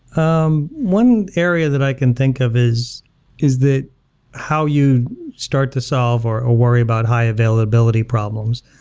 um one area that i can think of is is that how you start to solve or ah worry about high availability problems.